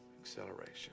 acceleration